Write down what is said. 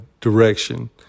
direction